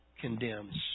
condemns